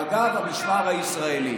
זה: מג"ב, המשמר הישראלי.